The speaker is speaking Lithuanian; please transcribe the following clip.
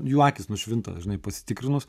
jų akys nušvinta žinai pasitikrinus